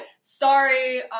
Sorry